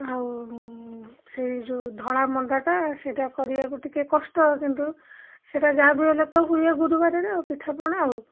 ଆଉ ସେଇ ଯେଉଁ ଧଳା ମଣ୍ଡାଟା ସେଇଟା କରିବାକୁ ଟିକିଏ କଷ୍ଟ କିନ୍ତୁ ସେଇଟା ଯାହା ବି ହେଲେ ତ ହୁଏ ଗୁରୁବାରରେ ଆଉ ପିଠାପଣା ଆଉ